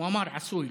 הוא אמר "עשוי",